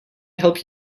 help